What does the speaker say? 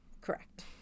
correct